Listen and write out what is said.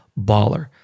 BALLER